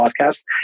podcast